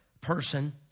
person